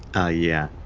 ah yeah.